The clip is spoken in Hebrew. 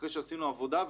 אחרי שעשינו עבודה,